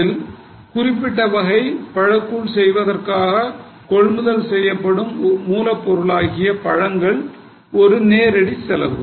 அதில் குறிப்பிட்ட வகை பழக்கூழ் செய்வதற்காக கொள்முதல் செய்யப்படும் மூலப் பொருளாகிய பழங்கள் ஒரு நேரடி செலவு